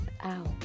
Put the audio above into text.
out